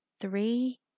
Three